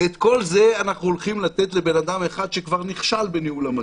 ואת כל זה אנחנו הולכים לתת לבן-אדם אחד שכבר נכשל בניהול המשבר.